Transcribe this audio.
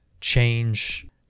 change